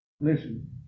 Listen